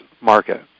market